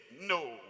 no